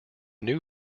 new